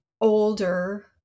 older